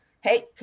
Hey